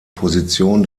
position